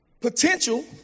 potential